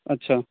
अच्छा